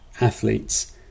athletes